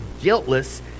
guiltless